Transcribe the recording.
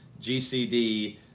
GCD